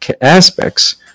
aspects